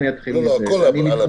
הכול על הפרק.